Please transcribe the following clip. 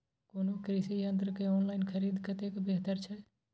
कोनो कृषि यंत्र के ऑनलाइन खरीद कतेक बेहतर छै?